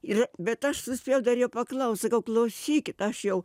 ir bet aš suspėjau dar jo paklaust sakau klausykit aš jau